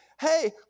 hey